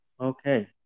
Okay